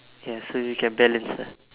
ya so you can balance ah